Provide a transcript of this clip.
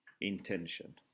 intention